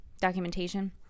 documentation